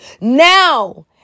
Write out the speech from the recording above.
Now